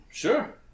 Sure